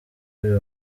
uyu